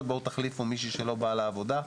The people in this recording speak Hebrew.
ומבקשים שיחליפו מישהי שלא באה לעבודה.